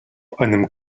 einem